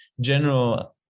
general